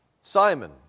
Simon